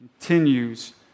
Continues